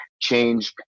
change